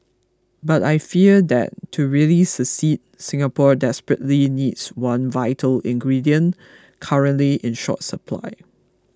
but I fear that to really succeed Singapore desperately needs one vital ingredient currently in short supply